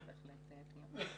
בהחלט יש לנו פניות בנושא.